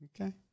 Okay